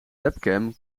webcam